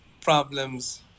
problems